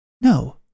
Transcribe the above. No